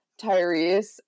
Tyrese